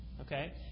okay